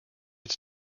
its